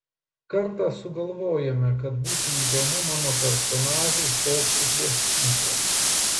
kartą sugalvojome kad būtų įdomu mano personažui šokti prie strypo